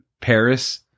Paris